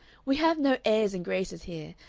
we have no airs and graces here,